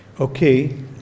Okay